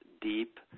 deep